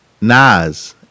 Nas